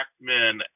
men